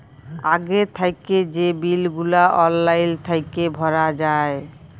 আগে থ্যাইকে যে বিল গুলা অললাইল থ্যাইকে ভরা যায়